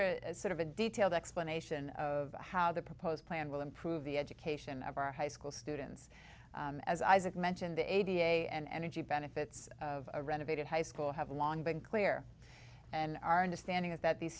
are sort of a detailed explanation of how the proposed plan will improve the education of our high school students as isaac mentioned the a d a s and energy benefits of a renovated high school have long been clear and our understanding is that these